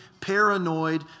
paranoid